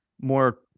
more